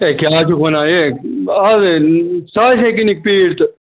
ہے کیٛاہ حظ چھُکھ ونان ہے آز ساڑٕ ہَتہِ کٕنِکھ پیٖٹۍ تہٕ